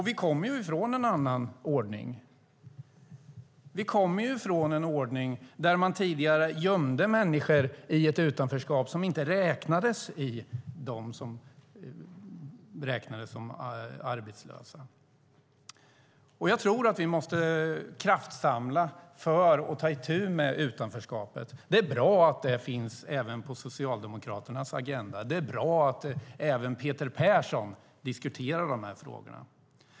Vi kommer från en annan ordning. Vi kommer från en ordning då man gömde människor i utanförskap så att de inte räknades som arbetslösa. Vi måste kraftsamla för att ta itu med utanförskapet. Det är bra att det finns även på Socialdemokraternas agenda, och det är bra att även Peter Persson diskuterar dessa frågor.